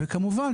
וכמובן,